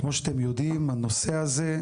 כמו שאתם יודעים, הנושא הזה,